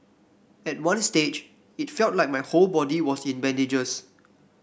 at one stage it felt like my whole body was in bandages